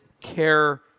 care